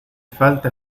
falta